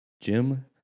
Jim